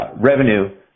revenue